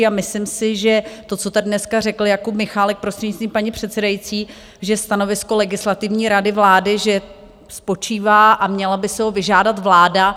A myslím si, že to, co tady dneska řekl Jakub Michálek, prostřednictvím paní předsedající, že stanovisko Legislativní rady vlády, že spočívá a měla by si ho vyžádat vláda.